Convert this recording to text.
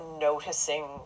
noticing